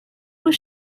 was